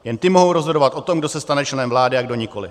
Jen ty mohou rozhodovat o tom, kdo se stane členem vlády a kdo nikoli.